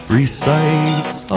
recites